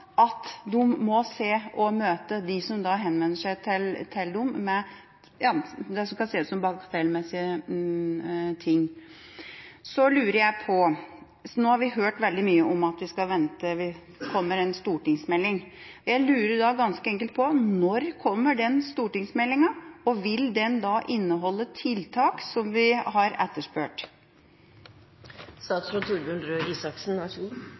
at de må se og møte dem som henvender seg til dem med det som kan se ut som bagatellmessige ting. Nå har vi hørt veldig mye om at vi skal vente, at det kommer en stortingsmelding, og jeg lurer da ganske enkelt på: Når kommer den stortingsmeldinga, og vil den da inneholde tiltak som vi har etterspurt?